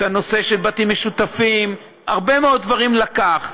את הנושא של בתים משותפים, הרבה מאוד דברים לקח.